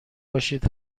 باشید